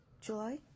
July